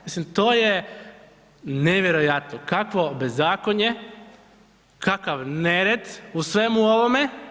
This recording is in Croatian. Mislim to je nevjerojatno kakvo bezakonje, kakav nered u svemu ovome.